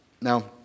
Now